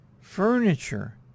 furniture